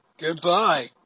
goodbye